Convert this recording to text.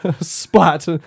Splat